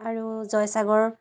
আৰু জয়সাগৰ